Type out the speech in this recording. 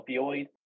opioid